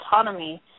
autonomy